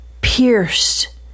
pierced